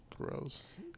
gross